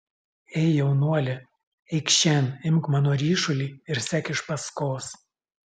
ei jaunuoli eikš šen imk mano ryšulį ir sek iš paskos